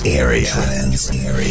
area